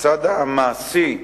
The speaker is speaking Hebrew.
בצד המעשי,